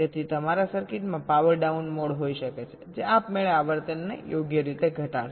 તેથી તમારા સર્કિટમાં પાવર ડાઉન મોડ હોઈ શકે છે જે આપમેળે આવર્તનને યોગ્ય રીતે ઘટાડશે